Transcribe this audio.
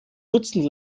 dutzend